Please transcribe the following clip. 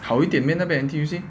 好一点 meh 那边 N_T_U_C